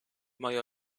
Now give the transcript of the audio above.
moje